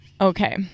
okay